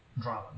drama